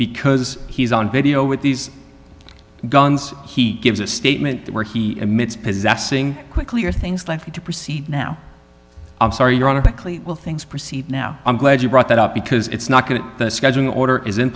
because he's on video with these guns he gives a statement where he admits possessing quickly or things like you to proceed now i'm sorry your honor the cli will things proceed now i'm glad you brought that up because it's not going to the scheduling order is in